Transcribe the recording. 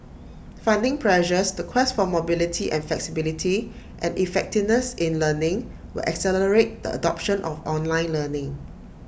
funding pressures the quest for mobility and flexibility and effectiveness in learning will accelerate the adoption of online learning